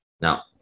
now